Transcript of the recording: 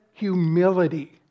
Humility